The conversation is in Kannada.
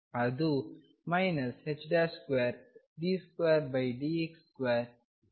ಅದು 2d2dx2ndx